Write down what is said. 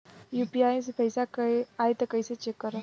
UPI से पैसा आई त कइसे चेक करब?